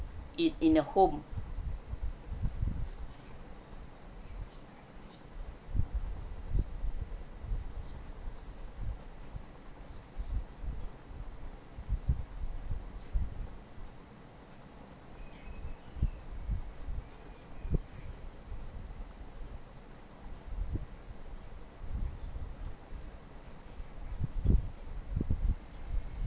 in in a home